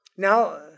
Now